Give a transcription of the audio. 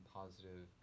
positive